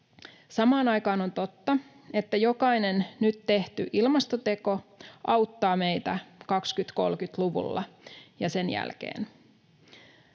Samaan aikaan on totta, että jokainen nyt tehty ilmastoteko auttaa meitä 20—30-luvuilla ja sen jälkeen.